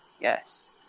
Yes